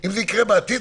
אם זה יקרה בעתיד,